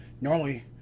Normally